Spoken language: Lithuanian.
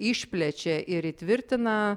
išplečia ir įtvirtina